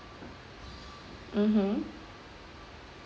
mmhmm